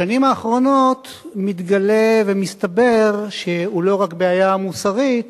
בשנים האחרונות מתגלה ומסתבר שהוא לא רק בעיה מוסרית